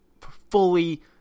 fully